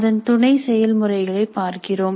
அதன் துணை செயல்முறைகளை பார்க்கிறோம்